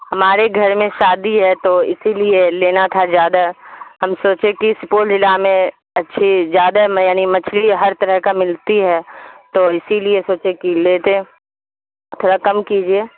ہمارے گھر میں شادی ہے تو اسی لیے لینا تھا زیادہ ہم سوچے کہ سپول جلع میں اچھی زیادہ میں یعنی مچھلی ہر طرح کا ملتی ہے تو اسی لیے سوچے کہ لیتے تھوڑا کم کیجیے